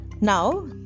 now